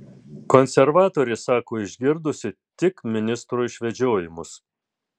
konservatorė sako išgirdusi tik ministro išvedžiojimus